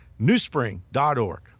newspring.org